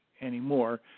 anymore